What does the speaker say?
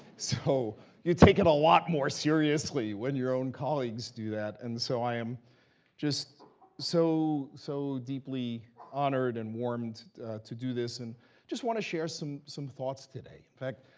so you take it a lot more seriously when your own colleagues do that. and so i am just so, so deeply honored and warmed to do this. and just want to share some some thoughts today. in fact,